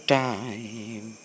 time